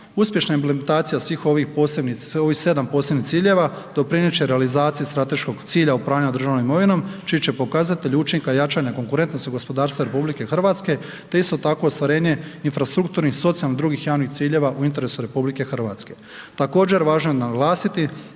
uspješna implementacija svih ovih posebnih, ovih 7 posljednjih ciljeva doprinijeti će realizaciji strateškog cilja upravljanja državnom imovinom čiji će pokazatelj učinka jačanja konkurentnosti u gospodarstvu RH te isto tako ostvarenje infrastrukturnih, socijalnih i drugih javnih ciljeva u interesu RH. Također